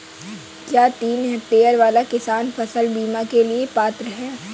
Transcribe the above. क्या तीन हेक्टेयर वाला किसान फसल बीमा के लिए पात्र हैं?